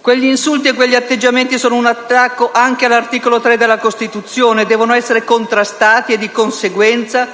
Quegli insulti e quegli atteggiamenti sono un attacco anche all'articolo 3 della Costituzione, devono essere contrastati e, di conseguenza,